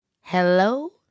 Hello